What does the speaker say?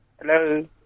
Hello